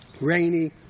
rainy